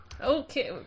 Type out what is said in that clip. Okay